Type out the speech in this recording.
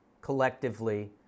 collectively